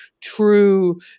true